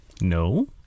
No